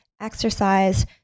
exercise